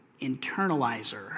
internalizer